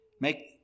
make